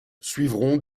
suivront